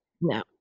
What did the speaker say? no